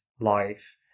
life